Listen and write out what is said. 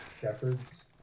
shepherds